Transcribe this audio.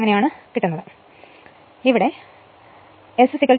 അങ്ങനെ ചെയ്താൽ S r2 x 2 ആയി മാറും